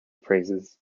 phrases